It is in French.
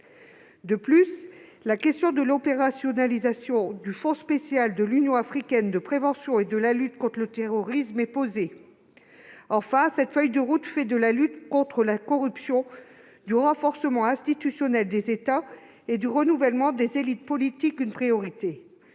De plus, la question de l'opérationnalisation du fonds spécial de l'Union africaine pour la prévention et la lutte contre le terrorisme est posée. Enfin, cette feuille de route fait de la lutte contre la corruption, du renforcement institutionnel des États et du renouvellement des élites politiques une priorité.